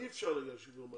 אי אפשר להגיע לשוויון מלא.